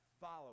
Follow